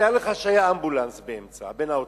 תאר לעצמך שהיה אמבולנס באמצע, בין האוטובוסים.